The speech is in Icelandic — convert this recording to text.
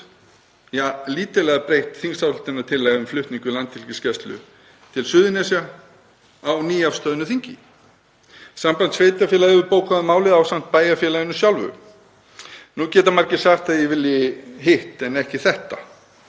ja, lítillega breytt þingsályktunartillaga um flutning Landhelgisgæslunnar til Suðurnesja á nýafstöðnu þingi. Samband íslenskra sveitarfélaga hefur bókað um málið ásamt bæjarfélaginu sjálfu. Nú geta margir sagt að ég vilji hitt en ekki þetta.